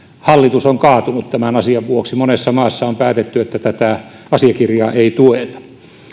hallitus on kaatunut tämän asian vuoksi monessa maassa on päätetty että tätä asiakirjaa ei tueta